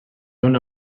una